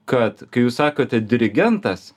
kad kai jūs sakote dirigentas